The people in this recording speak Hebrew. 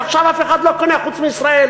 עכשיו אף אחד לא קונה, חוץ מישראל.